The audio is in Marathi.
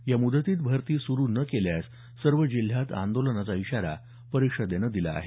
या मुदतीत भरती सुरू न केल्यास सर्व जिल्ह्यांत आंदोलनाचा इशारा परिषदेनं दिला आहे